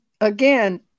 again